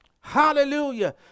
Hallelujah